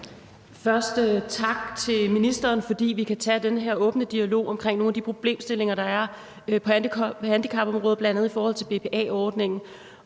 sige tak til ministeren for, at vi kan tage den her åbne dialog om nogle af de problemstillinger, der er på handicapområdet, bl.a. i forhold til BPA-ordningen.